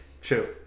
True